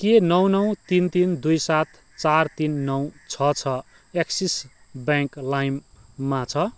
के नौ नौ तिन तिन दुई सात चार तिन नौ छ छ एक्सिस ब्याङ्क लाइममा छ